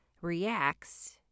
reacts